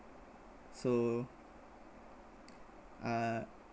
so uh